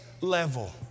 level